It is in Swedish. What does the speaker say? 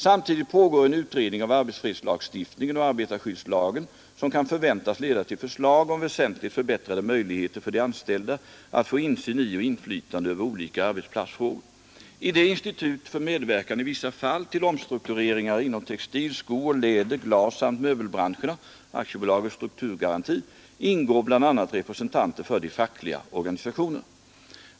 Samtidigt pågår en utredning av arbetsfredslagstiftningen och arbetarskyddslagen som kan förväntas leda till förslag om väsentligt förbättrade möjligheter för de anställda att få insyn i och inflytande över olika arbetsplatsfrågor. I det institut som skall medverka i vissa fall till omstruktureringar inom textil-, skooch läder-, glassamt möbelbranscherna — AB Strukturgaranti — ingår bl.a. representanter för de fackliga organisationerna.